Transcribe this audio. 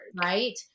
right